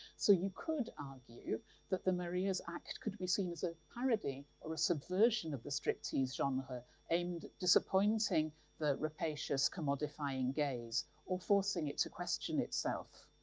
so you could argue that the maria's act could be seen as a parody or a subversion of the striptease genre aimed at disappointing the rapacious, commodifying gaze or forcing it to question itself.